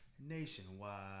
Nationwide